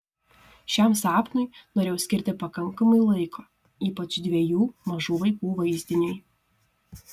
šiam sapnui norėjau skirti pakankamai laiko ypač dviejų mažų vaikų vaizdiniui